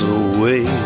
away